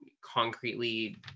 concretely